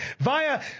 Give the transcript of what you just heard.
via